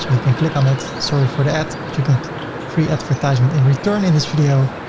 you can click on it. sorry for that. but you get free advertisement in return, in this video.